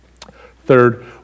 Third